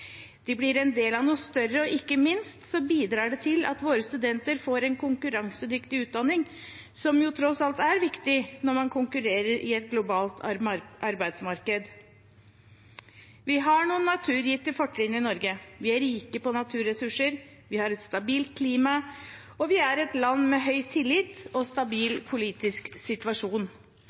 De blir en del av noe større, og ikke minst bidrar det til at våre studenter får en konkurransedyktig utdanning, som tross alt er viktig når man konkurrerer i et globalt arbeidsmarked. Vi har noen naturgitte fortrinn i Norge. Vi er rike på naturressurser, vi har et stabilt klima, og vi er et land med høy tillit og stabil politisk situasjon.